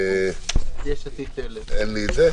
הצבעה לא אושר.